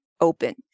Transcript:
open